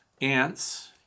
ants